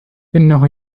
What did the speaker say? إنه